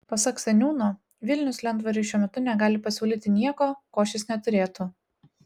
pasak seniūno vilnius lentvariui šiuo metu negali pasiūlyti nieko ko šis neturėtų